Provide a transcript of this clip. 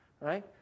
right